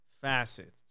facets